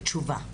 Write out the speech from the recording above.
תשובה בזמנו.